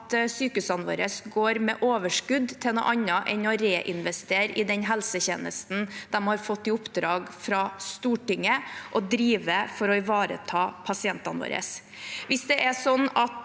sykehusene våre går med overskudd til noe annet enn å reinvestere i den helsetjenesten de har fått i oppdrag fra Stortinget å drive for å ivareta pasientene våre. Hvis sykehusene